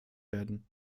werden